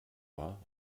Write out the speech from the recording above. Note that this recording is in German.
war